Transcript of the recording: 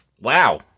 Wow